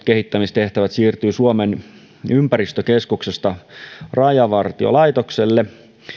kehittämistehtävät siirtyvät suomen ympäristökeskuksesta rajavartiolaitokselle